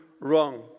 wrong